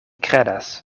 kredas